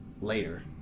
later